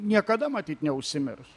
niekada matyt neužsimirš